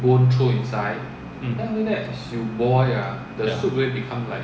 mm